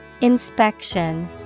Inspection